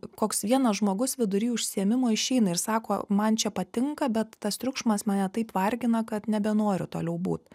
koks vienas žmogus vidury užsiėmimo išeina ir sako man čia patinka bet tas triukšmas mane taip vargina kad nebenoriu toliau būt